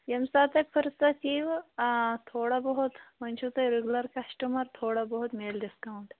ییٚمہِ ساتہٕ تۄہہِ فٔرست ییٖوٕ آ تھوڑا بہت وۄنۍ چھُو تۄہہِ رِگوٗلَر کَسٹمَر تھوڑا بہت مِلہِ ڈِسکاوُنٛٹ